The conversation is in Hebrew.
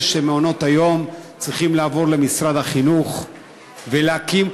שמעונות-היום צריכים לעבור למשרד החינוך ולהקים,